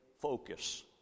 focus